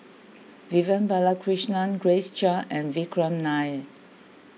Vivian Balakrishnan Grace Chia and Vikram Nair